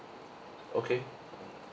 okay